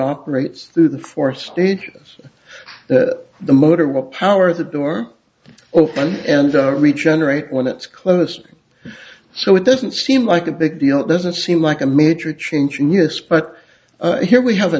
operates through the four stages that the motor will power the door open and regenerate when it's closed so it doesn't seem like a big deal it doesn't seem like a major change in us but here we have a